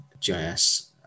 GIS